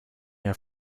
have